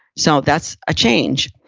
so that's a change.